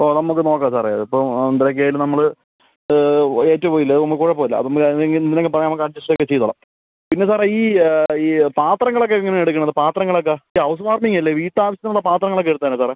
ഓ നമ്മൾക്ക് നോക്കാം സാറേ അത് ഇപ്പം എന്തരൊക്കെ ആയാലും നമ്മൾ ഏറ്റു പോയില്ലേ അത് നമ്മൾക്ക് കുഴപ്പമില്ല അത് എന്തെങ്കിലും പറഞ്ഞ് നമുക്ക് അഡ്ജസ്റ്റ് ഒക്കെ ചെയ്തോളാം പിന്നെ സാറേ ഈ ഈ പാത്രങ്ങളൊക്കെ എങ്ങനെ എടുക്കണത് പാത്രങ്ങളൊക്കെ ഹൗസ് വാമിംഗ് അല്ലേ വീട്ടാവശ്യത്തിനുള്ള പാത്രങ്ങൾ ഒക്കെ എടുക്കണോ സാറേ